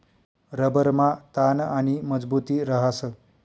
रबरमा ताण आणि मजबुती रहास